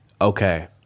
okay